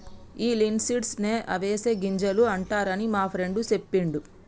ఈ లిన్సీడ్స్ నే అవిసె గింజలు అంటారని మా ఫ్రెండు సెప్పిండు